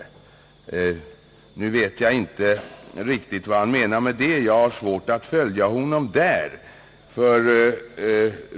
Jag förstår inte riktigt vad herr Holmberg menar med det — jag har svårt att följa hans tankegång.